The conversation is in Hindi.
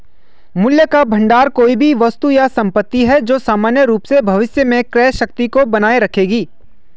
मूल्य का भंडार कोई भी वस्तु या संपत्ति है जो सामान्य रूप से भविष्य में क्रय शक्ति को बनाए रखेगी